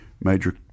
major